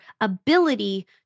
ability